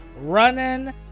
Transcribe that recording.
running